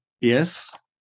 Yes